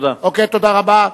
תודה רבה.